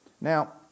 Now